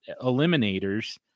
eliminators